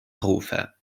rufe